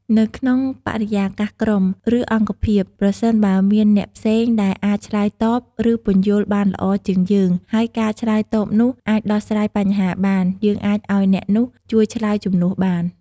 នៅក្នុងបរិយាកាសក្រុម ឬអង្គភាព ប្រសិនបើមានអ្នកផ្សេងដែលអាចឆ្លើយតប ឬពន្យល់បានល្អជាងយើង ហើយការឆ្លើយតបនោះអាចដោះស្រាយបញ្ហាបាន យើងអាចឲ្យអ្នកនោះជួយឆ្លើយជំនួសបាន។